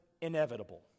inevitable